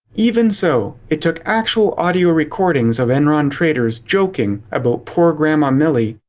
even so, it took actual audio recordings of enron traders joking about poor grandma millie,